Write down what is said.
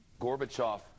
Gorbachev